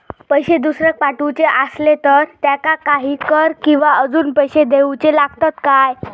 पैशे दुसऱ्याक पाठवूचे आसले तर त्याका काही कर किवा अजून पैशे देऊचे लागतत काय?